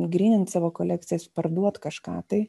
grynint savo kolekcijas parduot kažką tai